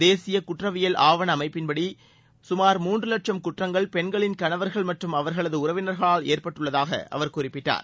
தேசிய குற்றவியல் ஆவண அமைப்பின் தகவல்படி சுமார் மூன்று வட்சம் குற்றங்கள் பெண்களின் கணவர்கள் மற்றும் அவர்களது உறவினர்களால் ஏற்பட்டுள்ளதாக அவர் குறிப்பிடார்